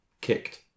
kicked